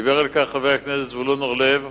דיבר על כך חבר הכנסת זבולון אורלב,